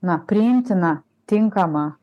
na priimtina tinkama